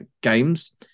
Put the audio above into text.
games